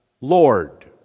Lord